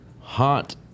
hot